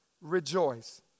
rejoice